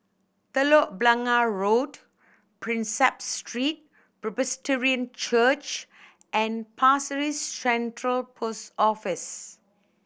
Telok Blangah Road Prinsep Street Presbyterian Church and Pasir Ris Central Post Office